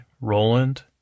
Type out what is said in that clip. Roland